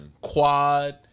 Quad